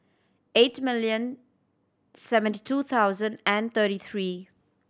eight million seventy two thousand and thirty three